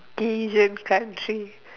Asian country